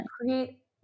create